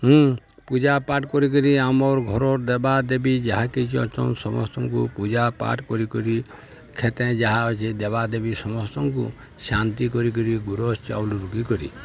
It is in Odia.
ପୂଜାପାଠ କରିକରି ଆମର୍ ଘରର ଦେବାଦେବୀ ଯାହାକିଛି ଅଛନ୍ ସମସ୍ତଙ୍କୁ ପୂଜାପାଠ କରିକରି କ୍ଷେତେ ଯାହା ଅଛି ଦେବାଦେବୀ ସମସ୍ତଙ୍କୁ ଶାନ୍ତି କରିକରି ଗୁରସ୍ ଚାଉଲ ରୋଗୀ କରି